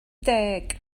deg